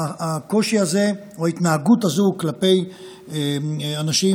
הקושי הזה או ההתנהגות הזו כלפי אנשים